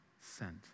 sent